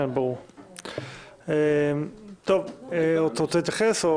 אתה רוצה להתייחס?